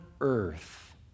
earth